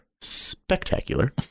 spectacular